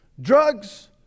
Drugs